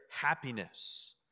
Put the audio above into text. happiness